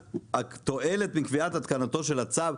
התועלת לקביעת התקנתו של הצו,